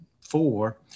four